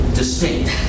distinct